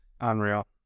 Unreal